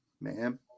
ma'am